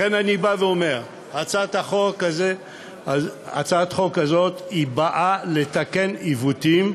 לכן אני בא ואומר: הצעת החוק הזאת באה לתקן עיוותים,